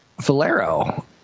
Valero